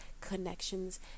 connections